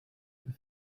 with